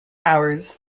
hours